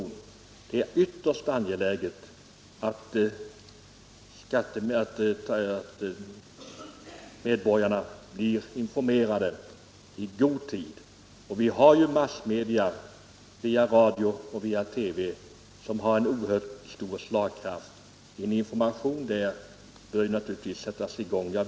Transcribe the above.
Det är ytterst angeläget att medborgarna blir informerade i god tid. Massmedia har en oerhört stor slagkraft, och information via TV och andra massmedia bör naturligtvis sättas i gång.